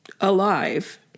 alive